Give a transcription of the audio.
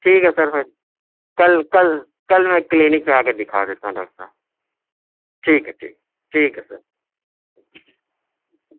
ٹھیک ہے سر پھر کل کل کل میں کلینک پہ آ کے دکھا دیتا ہوں ڈاکٹر صاحب ٹھیک ٹھیک ہے ٹھیک ہے سر